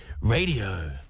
Radio